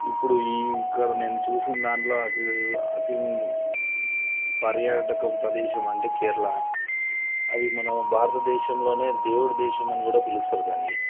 ఇప్పుడు ఈ ఇక్కడ నేను చూసిన దాంట్లో అతి అతి పర్యాటక ప్రదేశం అంటే కేరళ అది మనం భారతదేశంలోనే దేవుడు దేశం అని కూడా పిలుస్తారు దాన్ని